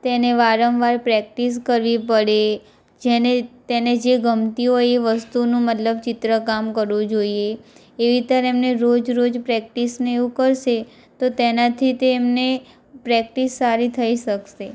તેને વારંવાર પ્રેક્ટિસ કરવી પડે જેને તેને જે ગમતી હોય એ વસ્તુનું મતલબ ચિત્રકામ કરવું જોઈએ એ રીતે એમને રોજ રોજ પ્રેક્ટિસ ને એવું કરશે તો તેનાથી તેમને પ્રેક્ટિસ સારી થઈ શકશે